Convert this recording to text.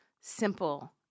simple